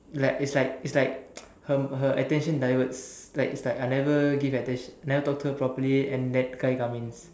like it's like it's like her her attention diverts like it's like I never give attention never talk to her properly and that guy come in